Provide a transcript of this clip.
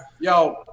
yo